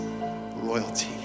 royalty